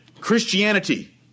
Christianity